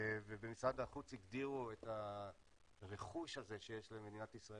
ובמשרד החוץ הגדירו את הרכוש הזה שיש למדינת ישראל,